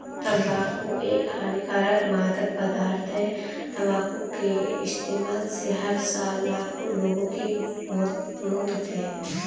तंबाकू एक हानिकारक मादक पदार्थ है, तंबाकू के इस्तेमाल से हर साल लाखों लोगों की मौत होती है